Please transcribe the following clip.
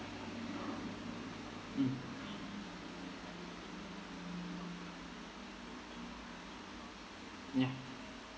mm ya